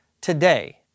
today